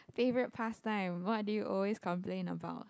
favourite past time what do you always complain about